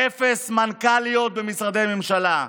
אפס מנכ"ליות במשרדי ממשלה,